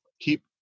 keep